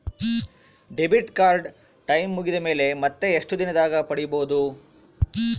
Debit card time ಮುಗಿದ ಮೇಲೆ ಮತ್ತೆ ಎಷ್ಟು ದಿನದಾಗ ಪಡೇಬೋದು?